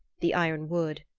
the iron wood,